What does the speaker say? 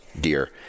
deer